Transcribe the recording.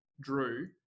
Drew